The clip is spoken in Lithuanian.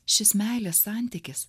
šis meilės santykis